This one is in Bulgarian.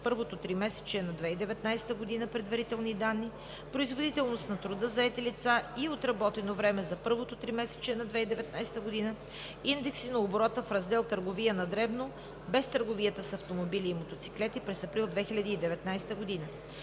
първото тримесечие на 2019 г. – предварителни данни; производителност на труда заети лица и отработено време за първото тримесечие на 2019 г.; индекси на оборота в Раздел „Търговия на дребно“ без търговията с автомобили и мотоциклети през април 2019 г.;